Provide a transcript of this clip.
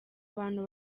bantu